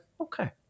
okay